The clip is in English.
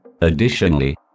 Additionally